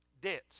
Debts